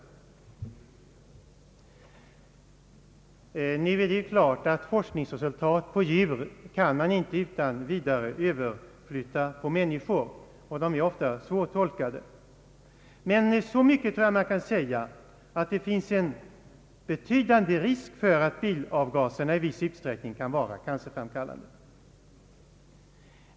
Det är klart att forskningsresultat när det gäller djur inte utan vidare kan överflyttas på människor och att sådana resultat ofta är svårtolkade, men så mycket kan sägas att det finns en risk för att bilavgaserna i viss utsträckning är cancerframkallande.